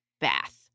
bath